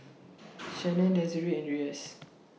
Shannan Desirae and Reyes